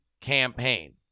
campaign